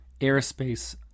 airspace